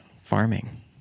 farming